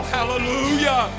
Hallelujah